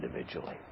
individually